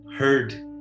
heard